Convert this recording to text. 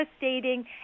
devastating